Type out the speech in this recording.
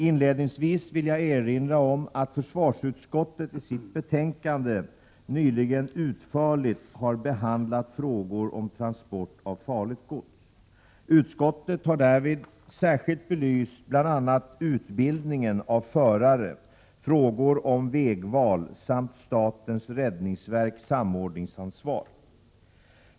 Inledningsvis vill jag erinra om att försvarsutskottet i sitt betänkande nyligen utförligt har behandlat frågor om transport av farligt gods. Utskottet har därvid särskilt belyst bl.a. utbildningen av förare, frågor om vägval samt statens räddningsverks samordningsansvar.